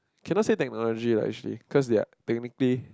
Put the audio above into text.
cannot say technology lah usually cause they're technically